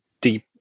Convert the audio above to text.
deep